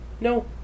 No